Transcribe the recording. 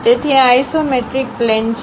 તેથી આ isometric plane છે